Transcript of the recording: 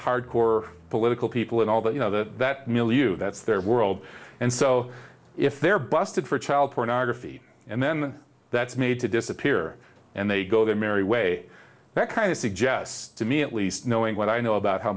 hardcore political people and all that you know that that mill you that's their world and so if they're busted for child pornography and then that's made to disappear and they go their merry way that kind of suggests to me at least knowing what i know about how